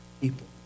People